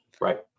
Right